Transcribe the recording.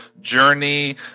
journey